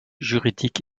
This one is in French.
juridique